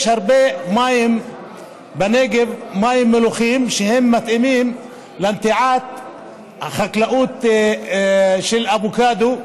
יש בנגב הרבה מים מלוחים שמתאימים לנטיעה חקלאית של אבוקדו,